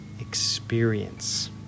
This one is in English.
experience